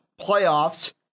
playoffs